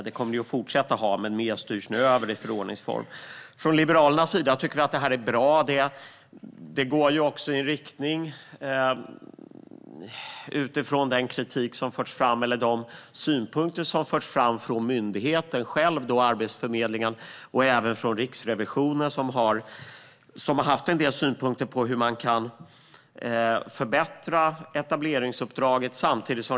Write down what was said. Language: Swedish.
Det kommer den att fortsätta ha, men mer styrs nu över till att vara i förordningsform. Liberalerna tycker att det här förslaget är bra. Det utgår från de synpunkter som förts fram av myndigheten själv, Arbetsförmedlingen. Även Riksrevisionen har haft en del synpunkter på hur man kan förbättra etableringsuppdraget.